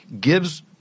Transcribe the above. gives